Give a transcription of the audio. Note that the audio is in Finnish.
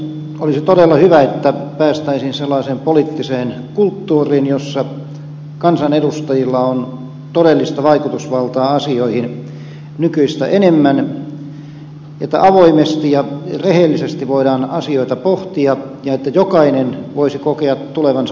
olisi todella hyvä että päästäisiin sellaiseen poliittiseen kulttuuriin jossa kansanedustajilla on todellista vaikutusvaltaa asioihin nykyistä enemmän että avoimesti ja rehellisesti voidaan asioita pohtia ja että jokainen voisi kokea tulevansa kuulluksi